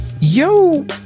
yo